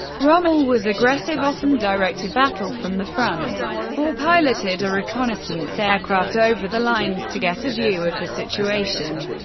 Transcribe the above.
rommel was aggressive, often directed battle from from the front or piloted a reconnaissance aircraft over the lines to get a view of the situation.